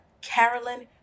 carolyn